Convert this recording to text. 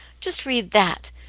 just read that!